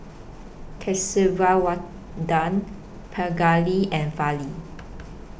Kasiviswanathan Pingali and Fali